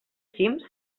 cims